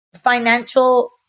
financial